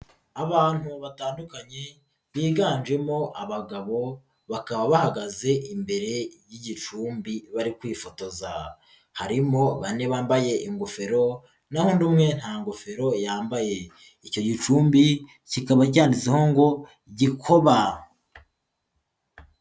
Abantu batandukanye biganjemo abagabo bakaba bahagaze imbere y'igicumbi bari kwifotoza, harimo bane bambaye ingofero naho undi umwe nta ngofero yambaye, icyo gicumbi kikaba cyanitsehongo Gikoba.